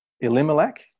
elimelech